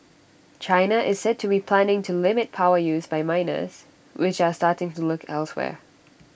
China is said to be planning to limit power use by miners which are starting to look elsewhere